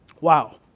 Wow